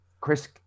Chris